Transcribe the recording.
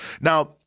Now